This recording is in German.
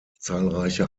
zahlreiche